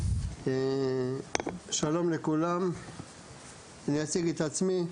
אני אציג את עצמי: